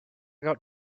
got